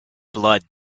blood